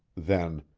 then,